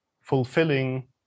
fulfilling